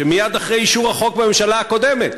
שמייד אחרי אישור החוק בממשלה הקודמת,